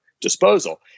disposal